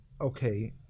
okay